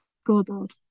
scoreboard